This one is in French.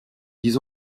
dix